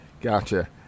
gotcha